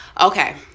Okay